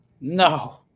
No